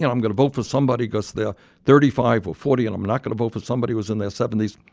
and i'm going to vote for somebody because they're thirty five or forty and i'm not going to vote for somebody who was in their seventy s,